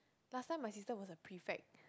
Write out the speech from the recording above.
last time my sister was a prefect